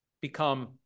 become